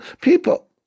people